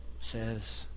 says